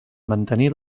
mantenir